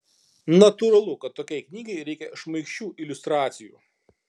natūralu kad tokiai knygai reikia šmaikščių iliustracijų